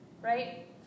Right